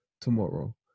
tomorrow